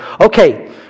Okay